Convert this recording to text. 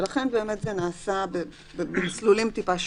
ולכן, באמת זה נעשה במסלולים טיפה שונים.